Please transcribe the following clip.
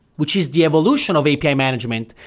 which is the evolution of api management,